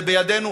זה בידינו,